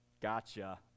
Gotcha